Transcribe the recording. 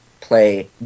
play